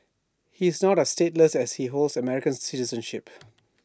he is not stateless as he holds American citizenship